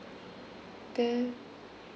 the